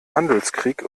handelskrieg